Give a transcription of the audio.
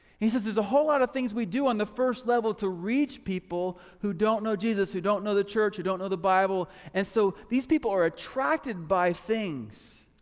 he says there's a whole lot of things we do on the first level to reach people who don't know jesus, who don't know the church, who don't know the bible. and so these people are attracted by things.